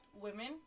women